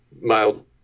mild